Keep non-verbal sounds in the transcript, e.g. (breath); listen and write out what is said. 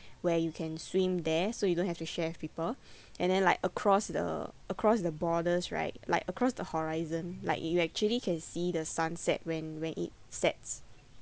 where you can swim there so you don't have to share with people (breath) and then like across the across the borders right like across the horizon like you actually can see the sunset when when it sets